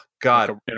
God